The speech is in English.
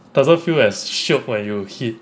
doesn't feel as shiok when you hit